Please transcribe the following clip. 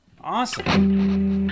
Awesome